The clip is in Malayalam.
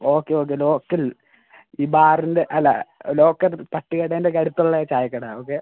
ഓക്കെ ഓക്കെ ലോക്കൽ ഈ ബാറിൻ്റെ അല്ല ലോക്കൽ തട്ടുകടേൻ്റെ ഒക്കെ അടുത്ത് ഉള്ള ചായക്കട ഓക്കെ